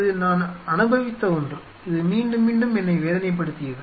இது நான் அனுபவித்த ஒன்று இது மீண்டும் மீண்டும் என்னை வேதனைப்படுத்தியது